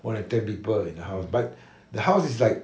more than ten people in the house but the house is like